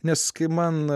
nes kai man